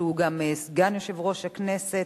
שהוא גם סגן יושב-ראש הכנסת,